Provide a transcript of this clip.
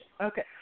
Okay